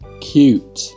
cute